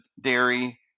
dairy